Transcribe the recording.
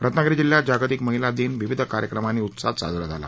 रत्नागिरी जिल्ह्यात जागतिक महिला दिन विविध कार्यक्रमांनी उत्साहात साजरा झाला